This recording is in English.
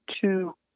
two